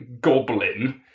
goblin